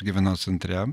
gyvenau centre